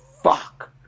fuck